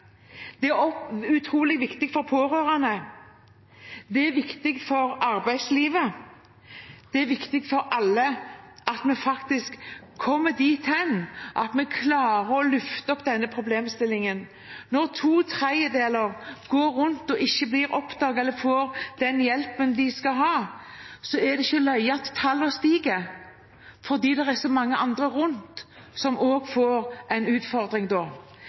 Det er også utrolig viktig for pårørende, det er viktig for arbeidslivet. Det er viktig for alle at vi kommer dit at vi klarer å løfte opp denne problemstillingen. Når to tredjedeler går rundt og ikke blir oppdaget eller får den hjelpen de skal ha, er det ikke rart at tallene stiger, for da er det så mange andre rundt som også får en utfordring.